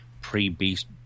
pre-Beast